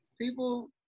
People